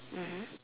mmhmm